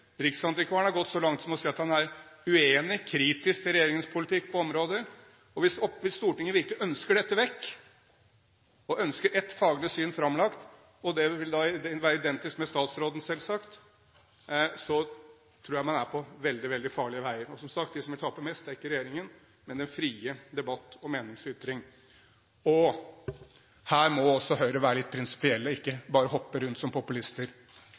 Riksantikvaren har gått så langt som til å si at han er uenig i, kritisk til, regjeringens politikk på områder, og hvis Stortinget virkelig ønsker dette vekk, og ønsker ett faglig syn framlagt – og det vil da selvsagt være identisk med statsrådens – tror jeg man er på veldig, veldig farlige veier. Som sagt, de som vil tape mest, er ikke regjeringen, men den frie debatt og meningsytring. Her må også Høyre være litt prinsipielle og ikke bare hoppe rundt som populister.